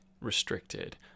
restricted